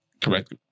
Correct